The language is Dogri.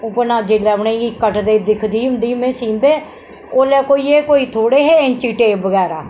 जेल्लै उनेंगी कट्टदे दिखदी होदी ही मैं सींदे उल्लै कोई एह् थोह्ड़े हे एंचीटेप बगैरा